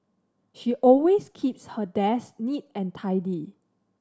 she always keeps her desk neat and tidy